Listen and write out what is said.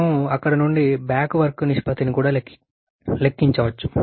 మేము అక్కడ నుండి బ్యాక్ వర్క్ నిష్పత్తిని కూడా లెక్కించవచ్చు